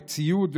בציוד,